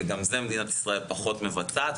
וגם את זה מדינת ישראל פחות מבצעת,